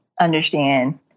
understand